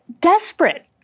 desperate